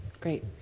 great